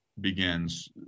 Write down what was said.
begins